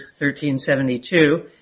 1372